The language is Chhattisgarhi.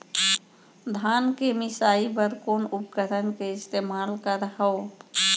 धान के मिसाई बर कोन उपकरण के इस्तेमाल करहव?